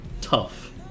tough